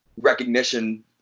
recognition